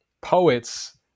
poets